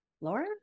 Laura